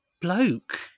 bloke